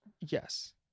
Yes